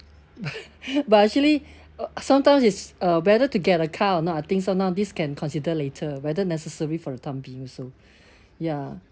but but actually uh sometimes it's uh whether to get a car or not I think so now this can consider later whether necessary for the time being also ya